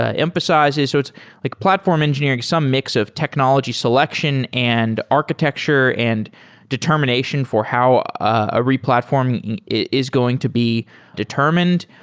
ah emphasizes. it's like platform engineering. some mix of technology selection and architecture architecture and determination for how a replatform is going to be determined.